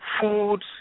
foods